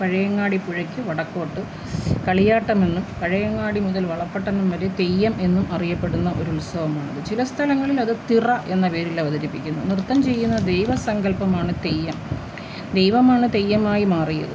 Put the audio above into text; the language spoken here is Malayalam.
പഴയങ്ങാടി പുഴയ്ക്ക് വടക്കോട് കളിയാട്ടങ്ങളിൽ പഴയങ്ങാടി മുതൽ വളപട്ടണം വരെ തെയ്യം എന്നും അറിയപ്പെടുന്ന ഒരുത്സവമാണിത് ചില സ്ഥലങ്ങളിൽ അത് തിറ എന്ന പേരിൽ അവതരിപ്പിക്കുന്നു നൃത്തം ചെയ്യുന്ന ദൈവ സങ്കൽപ്പമാണ് തെയ്യം ദൈവമാണ് തെയ്യമായി മാറിയത്